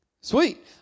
Sweet